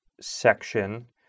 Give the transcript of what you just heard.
section